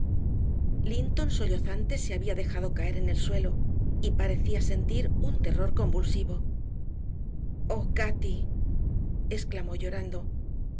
reptil linton sollozante se había dejado caer en el suelo y parecía sentir un terror convulsivo oh cati exclamó llorando